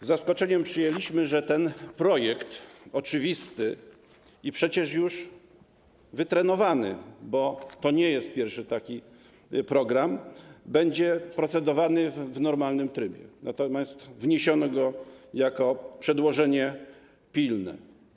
Z zaskoczeniem przyjęliśmy, że ten oczywisty i przecież już wytrenowany projekt, bo to nie jest pierwszy taki program, będzie procedowany w normalnym trybie, natomiast wniesiono go jako przedłożenie pilne.